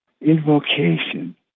invocation